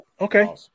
Okay